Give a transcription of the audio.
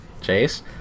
Chase